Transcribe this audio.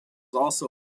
also